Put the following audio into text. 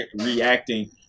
reacting